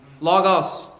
Logos